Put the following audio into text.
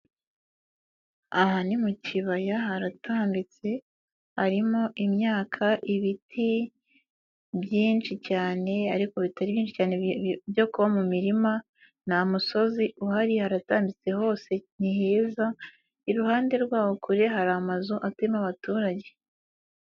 Aha ni mu kibaya, haratambitse, harimo imyaka, ibiti byinshi cyane ariko bitari byinshi byo kuba mu mirima nta musozi uhari, haratambitse hose ni heza, iruhande rwaho kure hari amazu atuyemo abaturage.